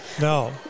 no